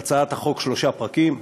להצעת החוק שלושה פרקים,